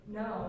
no